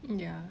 mm ya